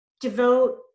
devote